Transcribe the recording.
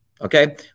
okay